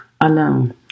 alone